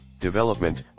development